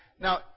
Now